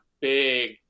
big